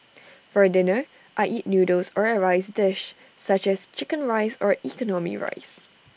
for dinner I eat noodles or A rice dish such as Chicken Rice or economy rice